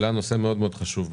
העלה נושא מאוד מאוד חשוב,